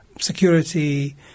security